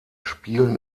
spielen